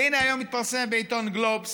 והינה, היום מתפרסם בעיתון גלובס